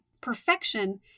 Perfection